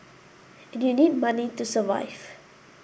and you need money to survive